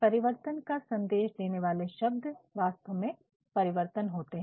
परिवर्तन का संदेश देने वाले शब्द वास्तव में परिवर्तन होते हैं